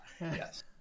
Yes